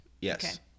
yes